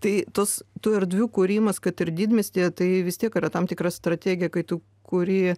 tai tos tų erdvių kūrimas kad ir didmiestyje tai vis tiek yra tam tikra strategija kai tu kuri